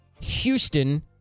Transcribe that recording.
Houston